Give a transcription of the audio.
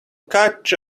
catch